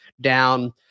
down